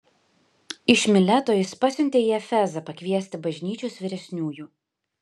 iš mileto jis pasiuntė į efezą pakviesti bažnyčios vyresniųjų